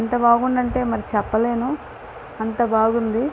ఎంత బాగుంది అంటే మరి చెప్పలేను అంత బాగుంది